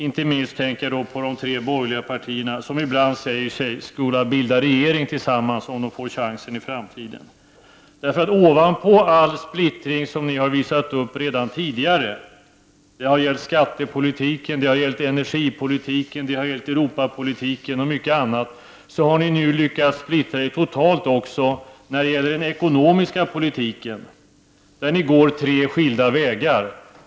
Inte minst tänker jag på de tre borgerliga partierna, som ibland säger sig skola bilda regering tillsammans, om de får chansen i framtiden. Ovanpå all den splittring som ni redan tidigare har visat upp — det har gällt skattepolitiken, energipolitiken, Europapolitiken och mycket annat — har ni nu lyckats splittra er totalt också när det gäller den ekonomiska politiken, där ni går tre skilda vägar.